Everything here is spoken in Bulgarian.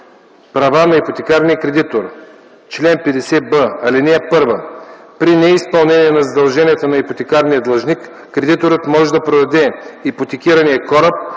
„Права на ипотекарния кредитор „Чл. 50б. (1) При неизпълнение на задълженията на ипотекарния длъжник кредиторът може да продаде ипотекирания кораб,